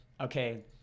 okay